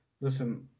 Listen